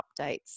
updates